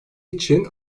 için